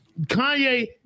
Kanye